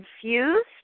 confused